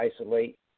isolate